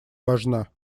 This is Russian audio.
важна